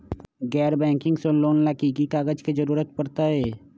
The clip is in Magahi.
गैर बैंकिंग से लोन ला की की कागज के जरूरत पड़तै?